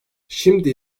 şimdi